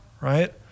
right